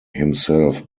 himself